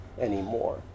anymore